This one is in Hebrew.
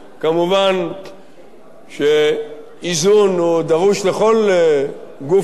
כמובן שאיזון דרוש לכל גוף עיתונאי,